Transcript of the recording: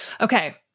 Okay